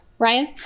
Ryan